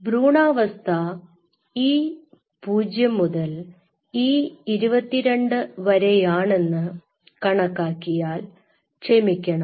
ഭ്രൂണാവസ്ഥ E0 മുതൽ E22 വരെയാണെന്ന് കണക്കാക്കിയാൽ ക്ഷമിക്കണം